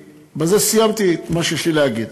ובזה סיימתי את מה שיש לי להגיד.